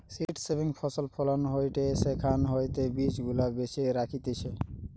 seed saving ফসল ফলন হয়টে সেখান হইতে বীজ গুলা বেছে রাখতিছে